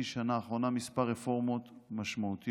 שנה האחרונה כמה רפורמות משמעותיות.